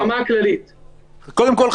קודם כל,